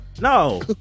No